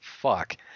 fuck